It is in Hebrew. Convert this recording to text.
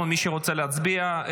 מי שרוצה להצביע,